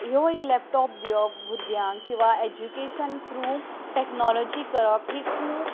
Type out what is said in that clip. so ह्यो एक laptop दिवप भुरग्यांक किंवां एज्युकेशन थ्रू टॅक्नोलॉजी करप ही खूब